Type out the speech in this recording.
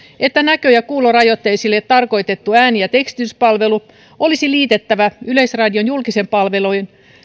että näkö ja kuulorajoitteisille tarkoitettu ääni ja tekstityspalvelu olisi liitettävä yleisradion julkisen palvelun